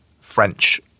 French